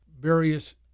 various